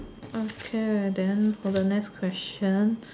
okay ah then next question